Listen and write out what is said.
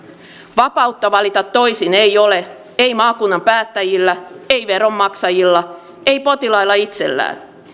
vapautta valita toisin ei ole ei maakunnan päättäjillä ei veronmaksajilla ei potilailla itsellään